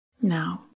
Now